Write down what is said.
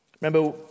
Remember